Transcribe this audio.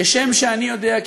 כשם שאני יודע,